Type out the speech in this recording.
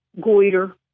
goiter